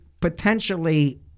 potentially